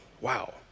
Wow